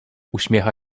uśmiecha